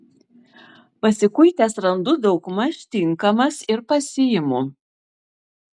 pasikuitęs randu daugmaž tinkamas ir pasiimu